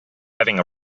having